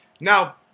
Now